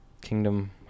Kingdom